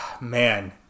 man